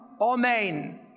Amen